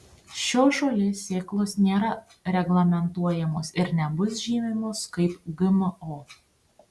šios žolės sėklos nėra reglamentuojamos ir nebus žymimos kaip gmo